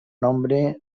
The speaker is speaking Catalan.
nombre